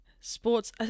sports